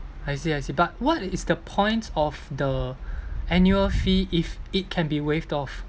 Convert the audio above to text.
I see I see but what is the point of the annual fee if it can be waived off